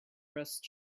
pressed